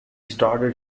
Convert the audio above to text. started